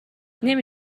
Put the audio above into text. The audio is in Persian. نمی